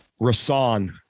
Rasan